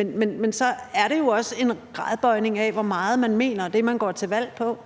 regeringen. Men så er det jo også en gradbøjning af, hvor meget man mener det, man går til valg på.